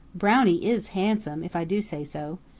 brownie is handsome, if i do say so.